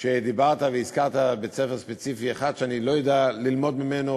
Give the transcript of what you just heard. דיברת והזכרת בית-ספר ספציפי אחד שאני לא יודע ללמוד ממנו,